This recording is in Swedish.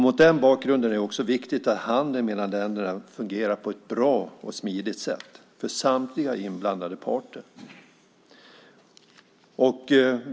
Mot den bakgrunden är det också viktigt att handeln mellan länderna fungerar på ett bra och smidigt sätt för samtliga inblandade parter.